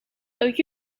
though